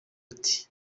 ati